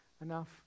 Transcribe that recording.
enough